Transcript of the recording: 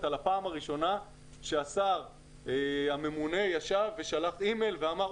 על הפעם הראשונה שהשר הממונה ישב ושלח אימייל ואמר,